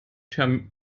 term